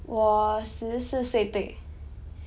我十四岁对